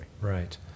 right